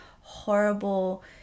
horrible